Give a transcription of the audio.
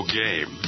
game